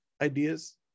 ideas